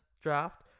draft